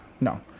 no